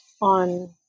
on